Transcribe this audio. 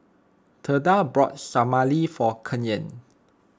theda bought Salami for Kaylen